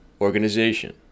organization